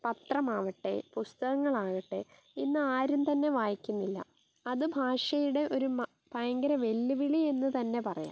പത്രമാവട്ടെ പുസ്തകങ്ങളാകട്ടെ ഇന്നാരും തന്നെ വായിക്കുന്നില്ല അത് ഭാഷയുടെ ഒരു ഭയങ്കര വെല്ലുവിളി എന്ന് തന്നെ പറയാം